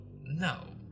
no